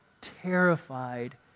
terrified